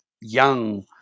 young